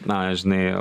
na žinai